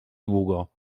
długo